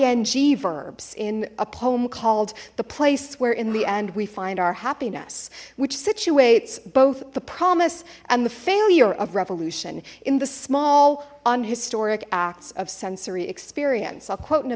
verbs in a poem called the place where in the end we find our happiness which situates both the promise and the failure of revolution in the small on historic acts of sensory experience i'll quote in a